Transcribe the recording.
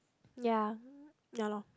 ya ya loh